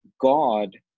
God